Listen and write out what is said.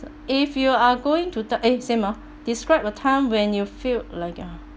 if you are going to the eh same ah describe a time when you feel like uh